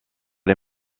les